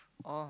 oh